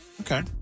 Okay